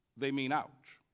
they mean ouch.